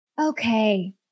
Okay